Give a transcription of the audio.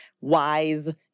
wise